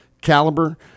caliber